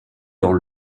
dans